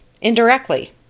indirectly